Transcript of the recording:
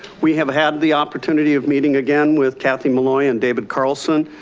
we have had the opportunity of meeting again with kathy maloy and david carlson,